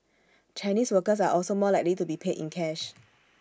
Chinese workers are also more likely to be paid in cash